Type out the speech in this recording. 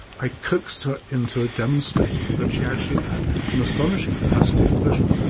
i coaxed her into demonstrating that she actually had an astonishing capacity for vision.